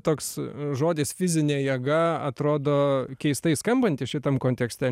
toks žodis fizinė jėga atrodo keistai skambanti šitam kontekste